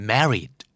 Married